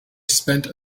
spent